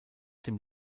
dem